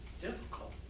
difficult